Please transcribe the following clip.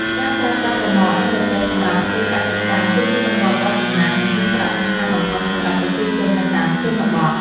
ការប្រើប្រាស់រ៉ឺម៉កនិងរទេះសម្រាប់ធ្វើកសិកម្មគឺជាទម្លាប់ដ៏ចំណាស់និងមានសារៈសំខាន់បំផុតសម្រាប់ប្រជាជននៅតាមជនបទ។